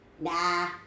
Nah